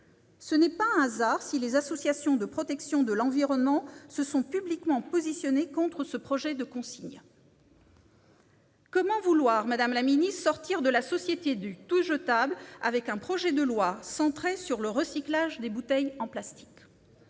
Ce n'est pas un hasard si les associations de protection de l'environnement se sont publiquement positionnées contre ce projet de consigne. Comment vouloir, madame la secrétaire d'État, sortir de la société du tout-jetable avec un projet de loi centré sur le recyclage des bouteilles en plastique ?